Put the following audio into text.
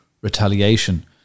retaliation